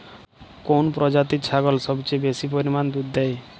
কোন প্রজাতির ছাগল সবচেয়ে বেশি পরিমাণ দুধ দেয়?